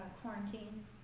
quarantine